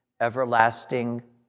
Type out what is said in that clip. everlasting